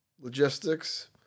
logistics